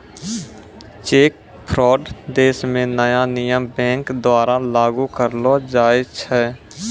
cheque fraud देश म नया नियम बैंक द्वारा लागू करलो जाय छै